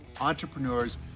entrepreneurs